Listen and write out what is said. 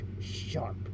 sharp